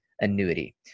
annuity